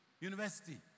University